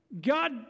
God